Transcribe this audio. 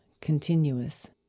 continuous